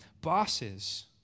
bosses